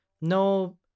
No